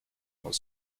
was